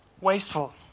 Wasteful